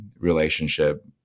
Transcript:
relationship